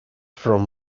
from